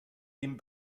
dem